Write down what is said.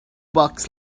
bucks